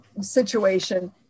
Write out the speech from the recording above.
situation